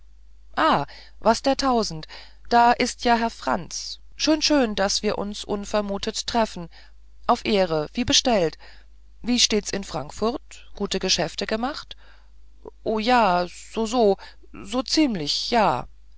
ah was der tausend da ist ja herr franz schön schön daß wir uns unvermutet treffen auf ehre wie bestellt wie steht's in frankfurt gute geschäfte gemacht o ja so so so ziemlich ja